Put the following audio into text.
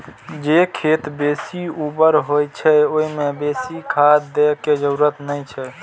जे खेत बेसी उर्वर होइ छै, ओइ मे बेसी खाद दै के जरूरत नै छै